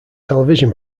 television